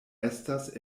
estas